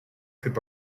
could